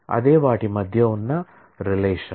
అదే వాటి మధ్య ఉన్న రిలేషన్